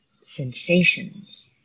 sensations